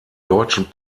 deutschen